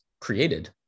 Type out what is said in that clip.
created